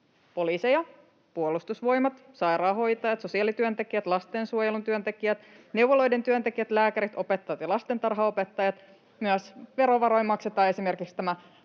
Poliiseja, Puolustusvoimia, sairaanhoitajia, sosiaalityöntekijöitä, lastensuojelun työntekijöitä, neuvoloiden työntekijöitä, lääkäreitä, opettajia ja lastentarhanopettajia. Verovaroin maksetaan myös esimerkiksi